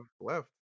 left